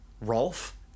Rolf